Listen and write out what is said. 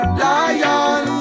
lion